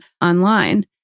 online